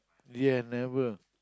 ya never